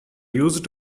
used